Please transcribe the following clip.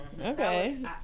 okay